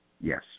Yes